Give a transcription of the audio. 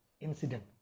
incident